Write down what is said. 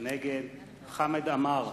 נגד חמד עמאר,